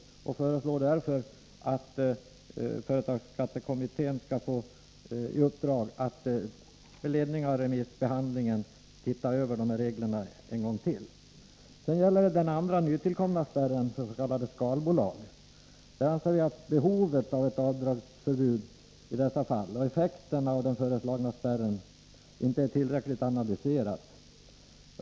Vi föreslår därför att företagsskattekommittén skall få i uppdrag att med ledning av remissbehandlingen titta över dessa regler en gång till. När det gäller den andra, nytillkomna spärren för s.k. skalbolag anser vi att behovet av ett avdragsförbud och effekten av den föreslagna spärren inte är tillräckligt analyserad.